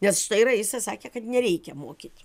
nes štai raisa sakė kad nereikia mokyt